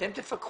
אתם?